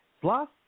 Plus